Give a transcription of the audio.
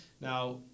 now